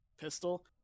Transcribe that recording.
pistol